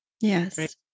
yes